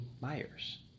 Myers